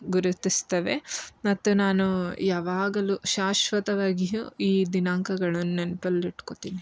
ಗುರುತಿಸ್ತವೆ ಮತ್ತು ನಾನು ಯಾವಾಗಲೂ ಶಾಶ್ವತವಾಗಿಯೂ ಈ ದಿನಾಂಕಗಳನ್ನು ನೆನ್ಪಲ್ಲಿ ಇಟ್ಕೋತೀನಿ